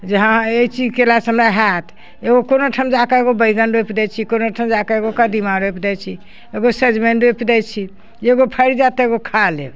जे हाँ ई चीज कएलासँ हमरा हैत एगो कोनो ठाम जाकऽ एगो बैगन रोपि दै छी कोनो ठाम जाकऽ एगो कदीमा रोपि दै छी एगो सजमनि रोपि दै छी जे एगो फड़ि जाएत तऽ एगो खा लेब